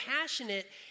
passionate